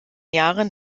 jahren